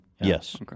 yes